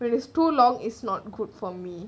when it's too long it's not good for me